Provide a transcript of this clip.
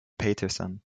paterson